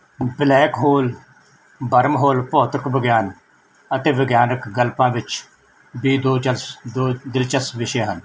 black hole wormhole ਭੌਤਿਕ ਵਿਗਿਆਨ ਅਤੇ ਵਿਗਿਆਨਕ ਗਲਪਾਂ ਵਿੱਚ ਵੀ ਦੋ ਚਸ ਦੋ ਦਿਲਚਸਪ ਵਿਸ਼ੇ ਹਨ